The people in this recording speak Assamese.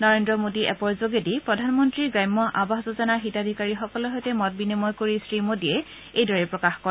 নৰেন্দ্ৰ মোদী এপৰ যোগেদি প্ৰধানমন্ত্ৰী গ্ৰাম্য আবাস যোজনাৰ হিতাধিকাৰীসকলৰ সৈতে মত বিনিময় কৰি শ্ৰীমোদীয়ে এইদৰে প্ৰকাশ কৰে